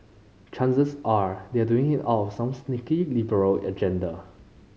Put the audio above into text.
chances are they are doing it out of some sneaky liberal agenda